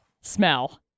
smell